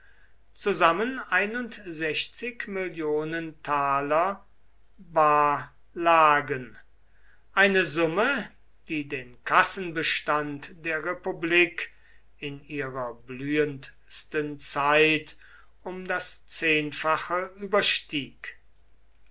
mill taler bar lagen eine summe die den kassenbestand der republik in ihrer blühendsten zeit um das zehnfache überstieg